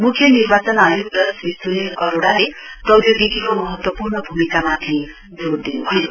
मुख्य निर्वाचन आयुक्त सुनील अरोड़ाले प्रौधोगिकीको महत्वपूर्ण भूमिकामाथि जो दिनुभयो